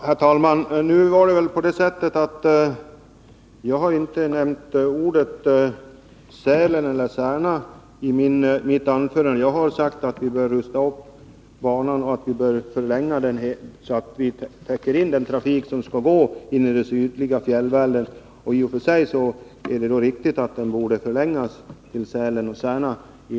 Herr talman! Jag har i mitt anförande inte nämnt Sälen eller Särna. Jag har bara sagt att vi bör rusta upp banan och förlänga den, så att vi täcker in trafiken till den sydliga fjällvärlden. I och för sig är det då riktigt att banan borde förlängas till Sälen och Särna.